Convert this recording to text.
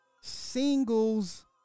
Singles